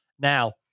Now